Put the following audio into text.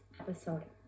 episode